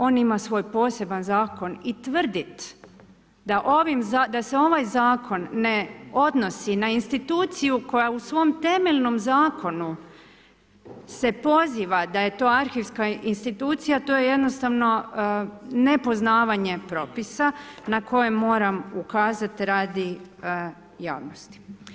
On ima svoj poseban zakon i tvrditi da se ovaj zakon ne odnosi na instituciju koja u svom temeljnom zakonu se poziva da je to arhivska institucija, to je jednostavno nepoznavanje propisa na koje moram ukazati radi javnosti.